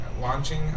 launching